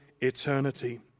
eternity